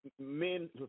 men